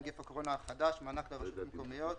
נגיף הקורונה החדש) (מענק לרשויות מקומיות),